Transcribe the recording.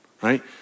right